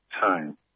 time